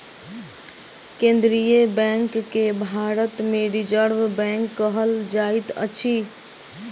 केन्द्रीय बैंक के भारत मे रिजर्व बैंक कहल जाइत अछि